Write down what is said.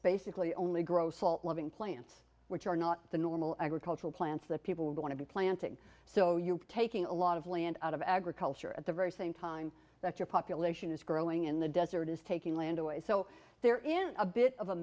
basically only grow salt loving plants which are not the normal agricultural plants that people would want to be planting so you're taking a lot of land out of agriculture at the very same time that your population is growing in the desert is taking land away so they're in a bit of a